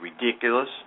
ridiculous